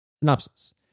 Synopsis